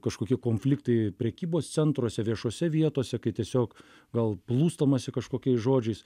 kažkokie konfliktai prekybos centruose viešose vietose kai tiesiog gal plūstamasi kažkokiais žodžiais